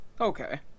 Okay